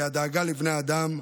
והיא הדאגה לבני האדם,